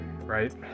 right